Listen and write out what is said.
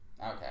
Okay